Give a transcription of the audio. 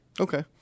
Okay